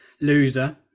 loser